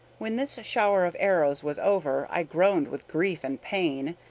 when this shower of arrows was over i groaned with grief and pain,